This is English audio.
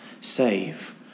save